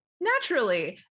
naturally